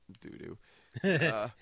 doo-doo